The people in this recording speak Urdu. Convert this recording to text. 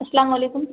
السلام علیکم